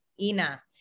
Ina